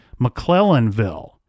McClellanville